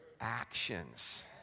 Actions